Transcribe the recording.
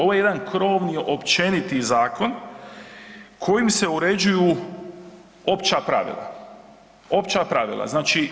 Ovo je jedan krovni općeniti zakon kojim se uređuju opća pravila, opća pravila znači.